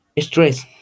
stress